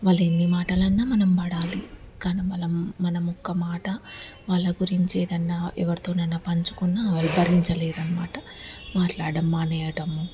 వాళ్ళు ఎన్ని మాటలన్నా మనం పడాలి కానీ మనం మనం ఒక్కమాట వాళ్ళ గురించి ఏదన్నా ఎవరితోనన్న పంచుకున్న భరించలేరన్నమాట మాట్లాడడం మానేయడం